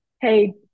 hey